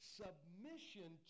submission